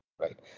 right